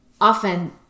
Often